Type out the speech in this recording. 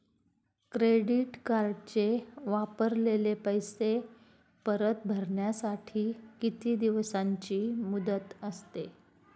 Credit कार्डचे वापरलेले पैसे परत भरण्यासाठी किती दिवसांची मुदत असते?